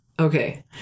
Okay